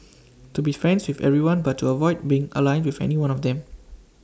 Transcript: to be friends with everyone but to avoid being aligned with any one of them